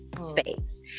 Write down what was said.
space